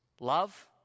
love